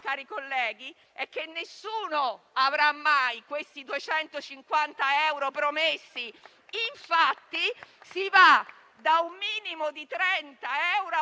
cari colleghi, è che nessuno avrà mai i 250 euro promessi. Infatti, si va da un minimo di 30 euro a